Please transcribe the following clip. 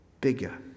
bigger